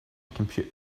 compute